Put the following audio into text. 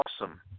awesome